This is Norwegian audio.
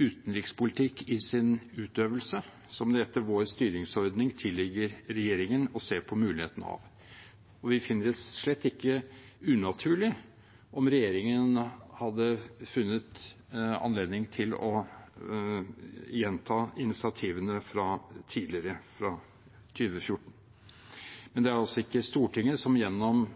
utenrikspolitikk i sin utøvelse som det etter vår styringsordning tilligger regjeringen å se på muligheten av. Vi finner det slett ikke unaturlig om regjeringen hadde funnet anledning til å gjenta initiativene fra tidligere, fra 2014, men det er altså ikke Stortinget som gjennom